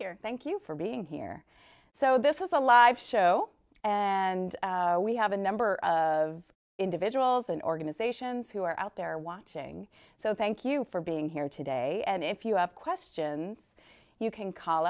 here thank you for being here so this is a live show and we have a number of individuals and organizations who are out there watching so thank you for being here today and if you have questions you can call